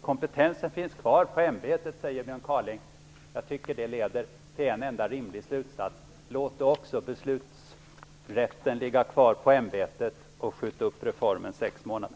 Kompetensen finns kvar på ämbetet, säger Björn Kaaling. Jag tycker det leder till en enda rimlig slutsats: Låt också beslutsrätten ligga kvar på ämbetet och skjut upp reformen sex månader.